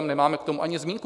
Nemáme k tomu ani zmínku!